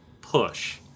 push